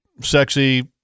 sexy